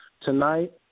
Tonight